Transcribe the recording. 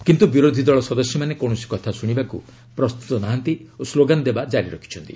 କିନ୍ତୁ ବିରୋଧୀ ଦଳ ସଦସ୍ୟମାନେ କୌଣସି କଥା ଶୁଣିବାକୁ ପ୍ରସ୍ତୁତ ନାହାନ୍ତି ଓ ସ୍କୋଗାନ୍ ଦେବା ଜାରି ରଖିଛନ୍ତି